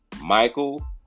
Michael